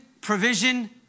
provision